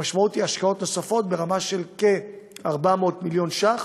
המשמעות היא השקעות נוספות ברמה של כ-400 מיליון ש"ח,